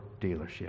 dealership